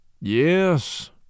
Yes